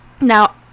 now